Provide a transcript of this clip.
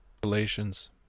Galatians